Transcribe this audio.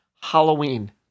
Halloween